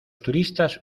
turistas